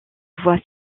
voie